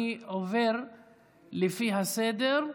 אני עובר לפי הסדר.